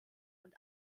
und